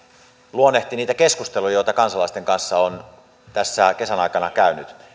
luonnehti niitä keskusteluja joita kansalaisten kanssa on tässä kesän aikana käynyt